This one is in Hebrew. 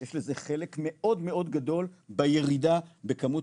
יש לזה חלק מאוד מאוד גדול בירידה בכמות